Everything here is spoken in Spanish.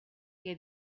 que